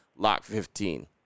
LOCK15